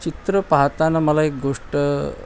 चित्र पाहताना मला एक गोष्ट